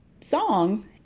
song